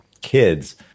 kids